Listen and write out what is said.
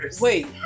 wait